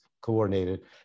coordinated